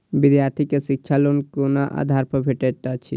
विधार्थी के शिक्षा लोन कोन आधार पर भेटेत अछि?